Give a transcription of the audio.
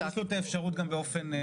יש לו אפשרות גם באופן ידני.